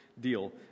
deal